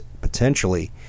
potentially